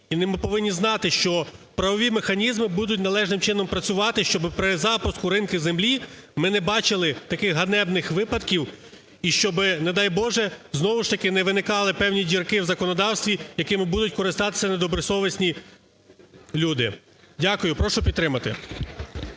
І ми повинні знати, що правові механізми будуть належним чином працювати, щоби при запуску ринків землі ми не бачили таких ганебних випадків. І щоби, не дай Боже, знову ж таки не виникали певні дірки в законодавстві, якими будуть користатися недобросовісні люди. Дякую. Прошу підтримати.